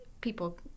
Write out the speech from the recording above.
people